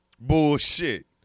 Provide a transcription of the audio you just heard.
Bullshit